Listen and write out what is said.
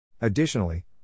Additionally